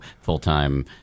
full-time